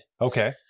Okay